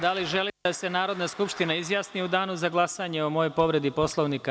Da li želite da se Narodna skupština izjasni u Danu za glasanje o mojoj povredi Poslovnika.